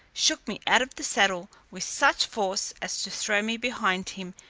shook me out of the saddle with such force, as to throw me behind him,